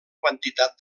quantitat